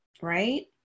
Right